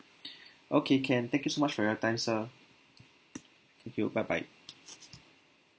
okay can thank you so much for your time sir thank you bye bye